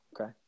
Okay